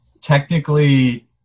technically